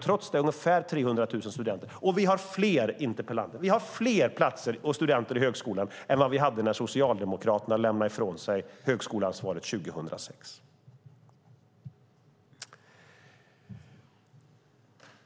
Trots det har vi ungefär 300 000 studenter, och vi har fler platser och studenter i högskolan än vi hade när Socialdemokraterna lämnade ifrån sig högskoleansvaret 2006. Interpellanten säger